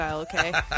okay